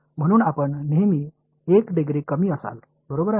म्हणून आपण नेहमी 1 डिग्री कमी असाल बरोबर आहे